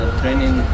training